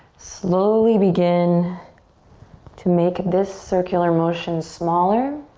slowly begin to make this circular motion smaller.